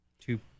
two